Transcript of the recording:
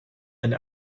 and